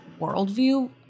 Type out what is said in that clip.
worldview